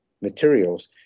materials